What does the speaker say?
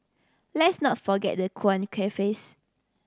let's not forget the quaint cafes